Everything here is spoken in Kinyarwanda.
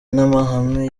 n’amahame